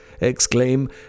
exclaim